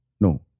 No